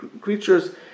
creatures